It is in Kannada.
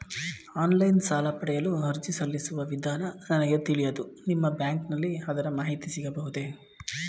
ಆನ್ಲೈನ್ ಸಾಲ ಪಡೆಯಲು ಅರ್ಜಿ ಸಲ್ಲಿಸುವ ವಿಧಾನ ನನಗೆ ತಿಳಿಯದು ನಿಮ್ಮ ಬ್ಯಾಂಕಿನಲ್ಲಿ ಅದರ ಮಾಹಿತಿ ಸಿಗಬಹುದೇ?